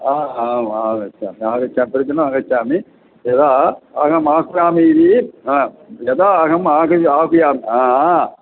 आ आम् आगच्छामि आगच्छामि प्रतिदिनम् आगच्छामि यदा अहम् इति यदा अहम् ह